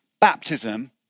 Baptism